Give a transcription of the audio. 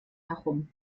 herum